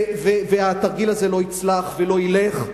התרגיל הזה לא יצלח ולא ילך,